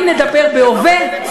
אם נטפל בעובד,